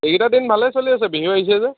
এইকেইটা দিন ভালে চলি আছে বিহু আহিছে যে